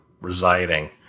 residing